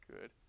good